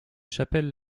chapelles